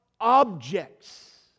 objects